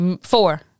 Four